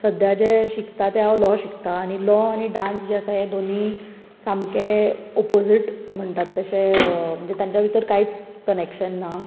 सद्या जे हांव शिकता ते लॉ शिकता आनी लॉ आनी डान्स जे आसा हे दोनी सामके ओपोसीट म्हणटात तशें म्हणजे तांच्या भितर कांयच कनॅक्शन ना